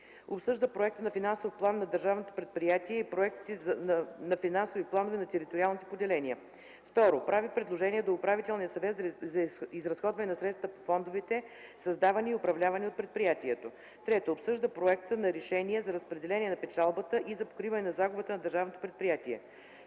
обсъжда проекта на финансов план на държавното предприятие и проектите на финансови планове на териториалните поделения; 2. прави предложения до Управителния съвет за изразходване на средствата по фондовете, създавани и управлявани от предприятието; 3. обсъжда проекта на решение за разпределение на печалбата и за покриване на загубата на държавното предприятие;